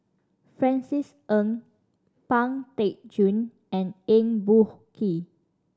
Francis Ng Pang Teck Joon and Eng Boh Kee